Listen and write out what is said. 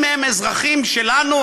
אם הם אזרחים שלנו,